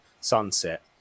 sunset